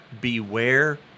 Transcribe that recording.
Beware